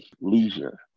leisure